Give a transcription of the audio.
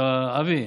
אבי,